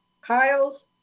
Kyles